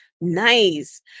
Nice